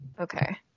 okay